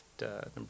number